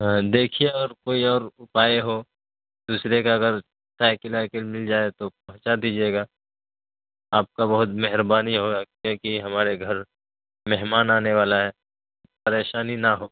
ہاں دیکھیے اور کوئی اور اپائے ہو دوسرے کا اگر سائیکل وائیکل مل جائے تو پہنچا دیجیے گا آپ کا بہت مہربانی ہوگا کیونکہ ہمارے گھر مہمان آنے والا ہے پریشانی نہ ہو